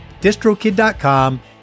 distrokid.com